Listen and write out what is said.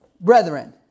brethren